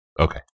okay